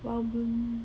wild bloom